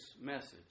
message